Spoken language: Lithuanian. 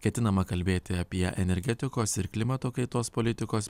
ketinama kalbėti apie energetikos ir klimato kaitos politikos